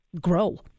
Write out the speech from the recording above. grow